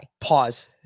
Pause